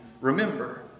Remember